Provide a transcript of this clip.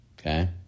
okay